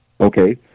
Okay